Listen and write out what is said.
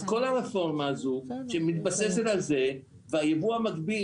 אז כל הרפורמה הזו שמתבססת על זה והיבוא המקביל,